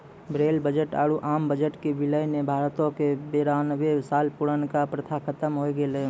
rail budget आरु आम budget के विलय ने भारतो के बेरानवे साल पुरानका प्रथा खत्म होय गेलै